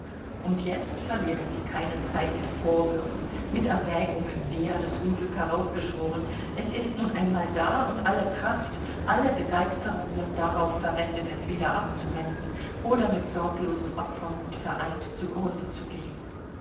und jetzt verlieren sie keine zeit mit vorwürfen mit erwägungen wer das unglück heraufbeschworen es ist nun einmal da und alle kraft alle begeisterung wird darauf verwendet es wieder abzuwenden oder mit sorglosem opfermut vereint zu grunde zu gehen